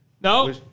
No